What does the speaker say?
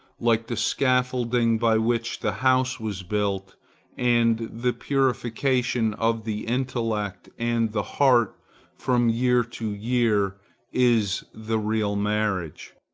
like the scaffolding by which the house was built and the purification of the intellect and the heart from year to year is the real marriage,